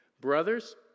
Brothers